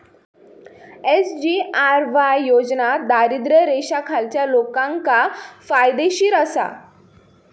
SGRY योजना दारिद्र्य रेषेखालच्या लोकांका फायदेशीर आसा